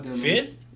Fifth